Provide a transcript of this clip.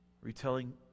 Retelling